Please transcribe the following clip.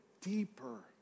deeper